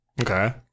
Okay